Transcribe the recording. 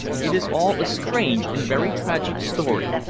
it is all a strange and very tragic story.